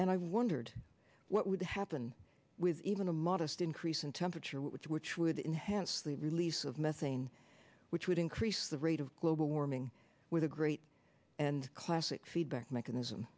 and i wondered what would happen with even a modest increase in temperature which which would enhanced the release of methane which would increase the rate of global warming with a great and classic feedback mechanism